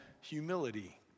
humility